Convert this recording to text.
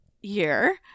year